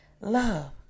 love